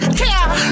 care